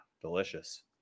Delicious